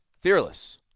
Fearless